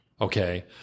Okay